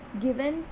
given